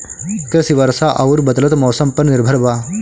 कृषि वर्षा आउर बदलत मौसम पर निर्भर बा